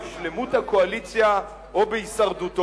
בשלמות הקואליציה או בהישרדותו,